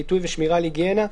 חיטוי ושמירה על היגיינה.